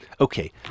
Okay